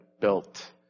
built